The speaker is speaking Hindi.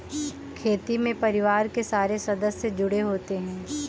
खेती में परिवार के सारे सदस्य जुड़े होते है